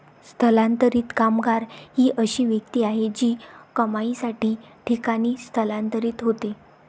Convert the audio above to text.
स्थलांतरित कामगार ही अशी व्यक्ती आहे जी कमाईसाठी ठिकाणी स्थलांतरित होते